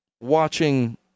watching